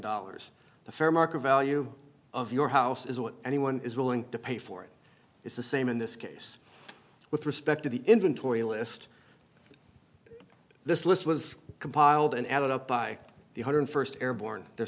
dollars the fair market value of your house is what anyone is willing to pay for it it's the same in this case with respect to the inventory list this list was compiled and added up by the hundred first airborne the